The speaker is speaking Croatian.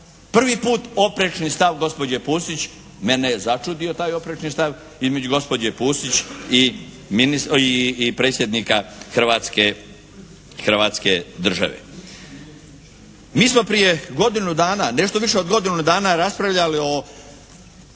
Prvi put oprečni stav gospođe Pusić. Mene je začudio taj oprečni stav između gospođe Pusić i Predsjednika Hrvatske države. Mi smo prije godinu dana nešto više od godinu dana raspravljali o